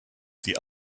the